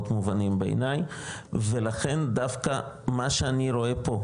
מובנים בעיניי ולכן דווקא מה שאני רואה פו,